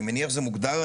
אני מניח שזה מוגדר.